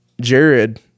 Jared